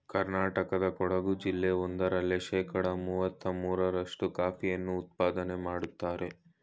ಕರ್ನಾಟಕದ ಕೊಡಗು ಜಿಲ್ಲೆ ಒಂದರಲ್ಲೇ ಶೇಕಡ ಮುವತ್ತ ಮೂರ್ರಷ್ಟು ಕಾಫಿಯನ್ನು ಉತ್ಪಾದನೆ ಮಾಡ್ತರೆ